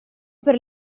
per